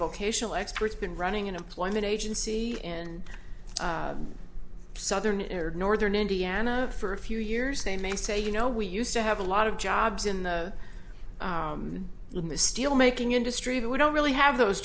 vocational expert's been running an employment agency in southern air northern indiana for a few years they may say you know we used to have a lot of jobs in the steel making industry but we don't really have those